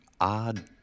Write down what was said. odd